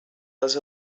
les